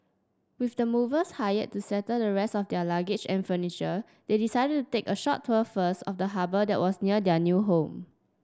with the movers hired to settle the rest of their luggage and furniture they decided to take a short tour first of the harbour that was near their new home